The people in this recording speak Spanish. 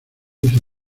hizo